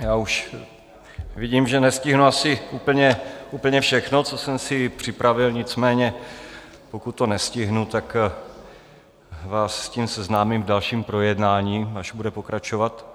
Já už vidím, že nestihnu asi úplně všechno, co jsem si připravil, nicméně pokud to nestihnu, tak vás s tím seznámím v dalším projednání, až bude pokračovat.